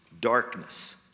darkness